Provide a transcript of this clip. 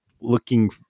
looking